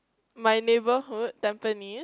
my neighbourhood Tampines